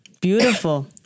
Beautiful